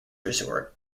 resort